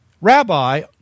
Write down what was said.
Rabbi